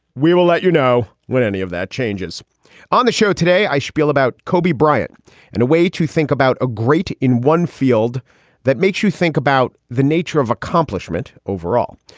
we will let you know when any of that changes on the show. today, i shpiel about kobe bryant and a way to think about a great in one field that makes you think about the nature of accomplishment overall.